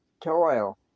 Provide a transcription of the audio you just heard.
toil